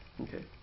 okay